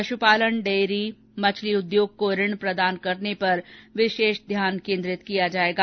पश्पालन डेरी और मछली उद्योग को ऋण प्रदान करने पर विशेष ध्यान केन्द्रित किया जायेगा